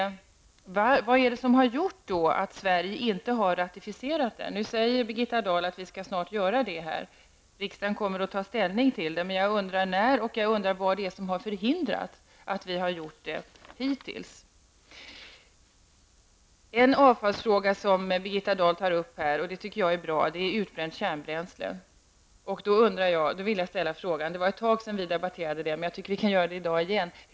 Vad är det har gjort att Sverige inte har ratificerat den? Nu säger Birgitta Dahl att vi snart skall göra det. Riksdagen kommer att ta ställning till frågan. Jag undrar när det skall ske, och vad det är som har förhindrat att vi hittills inte har gjort det. En fråga om avfall som Birgitta Dahl tar upp i sitt svar gäller utbränt kärnbränsle. Det var ett tag sedan vi debatterade det, men jag tycker att vi kan göra det igen. Jag vill ställa en fråga.